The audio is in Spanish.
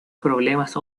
problemas